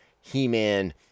He-Man